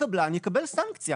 הקבלן יקבל סנקציה.